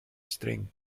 string